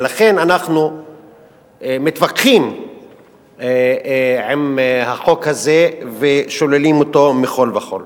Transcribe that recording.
ולכן אנחנו מתווכחים עם החוק הזה ושוללים אותו מכול וכול.